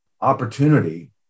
opportunity